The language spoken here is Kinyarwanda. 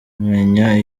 menya